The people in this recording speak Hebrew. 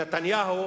ונתניהו